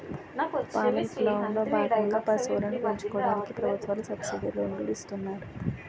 పాల విప్లవం లో భాగంగా పశువులను పెంచుకోవడానికి ప్రభుత్వాలు సబ్సిడీ లోనులు ఇస్తున్నారు